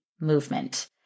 movement